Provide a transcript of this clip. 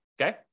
okay